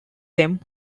them